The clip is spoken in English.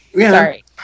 Sorry